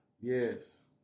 Yes